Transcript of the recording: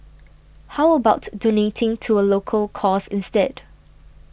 how about donating to a local cause instead